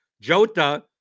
Jota